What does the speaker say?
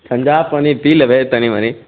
ठण्डा पानि पी लेबै तनी मनी